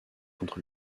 contre